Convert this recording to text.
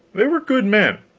they were good men,